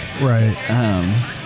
Right